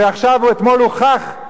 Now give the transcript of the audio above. שעכשיו או אתמול הוכח,